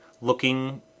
looking